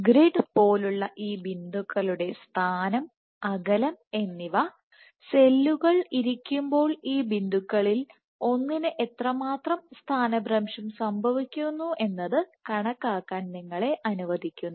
grid പോലുള്ള ഈ ബിന്ദുക്കളുടെ സ്ഥാനം അകലും എന്നിവസെല്ലുകൾ ഇരിക്കുമ്പോൾ ഈ ബിന്ദുക്കളിൽ ഒന്നിനു എത്രമാത്രം സ്ഥാനഭ്രംശം സംഭവിക്കുന്നു എന്നത് കണക്കാക്കാൻ നിങ്ങളെ അനുവദിക്കുന്നു